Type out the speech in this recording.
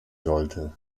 sollte